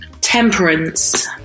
temperance